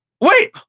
Wait